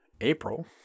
April